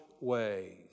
ways